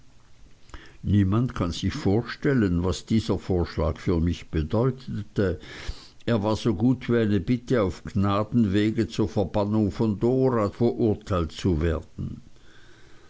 niemand kann sich eine vorstellung machen was dieser vorschlag für mich bedeutete es war so gut wie eine bitte auf gnadenwege zur verbannung von dora verurteilt zu werden